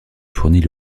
fournit